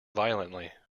violently